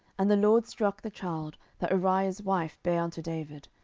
and the lord struck the child that uriah's wife bare unto david,